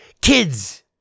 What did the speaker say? kids